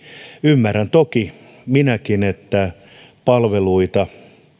ymmärrän toki minäkin että